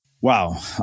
Wow